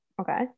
Okay